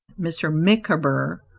mr. micawber,